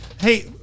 Hey